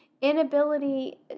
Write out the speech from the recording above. inability